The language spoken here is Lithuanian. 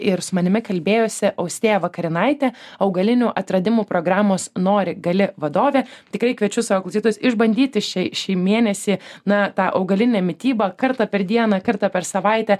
ir su manimi kalbėjosi austėja vakarinaitė augalinių atradimų programos nori gali vadovė tikrai kviečiu savo klausytojus išbandyti šį šį mėnesį na tą augalinę mitybą kartą per dieną kartą per savaitę